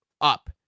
up